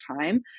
time